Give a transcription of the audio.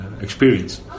experience